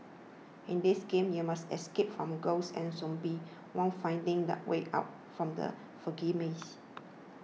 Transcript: in this game you must escape from ghosts and zombies while finding the way out from the foggy maze